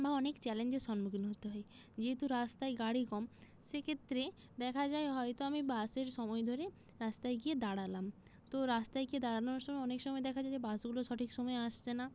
বা অনেক চ্যালেঞ্জের সম্মুখীন হতে হয় যেহেতু রাস্তায় গাড়ি কম সেইক্ষেত্রে দেখা যায় হয়তো আমি বাসের সময় ধরে রাস্তায় গিয়ে দাঁড়ালাম তো রাস্তায় গিয়ে দাঁড়ানোর সময় অনেক সময় দেখা যায় যে বাসগুলো সঠিক সময় আসছে না